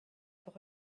pour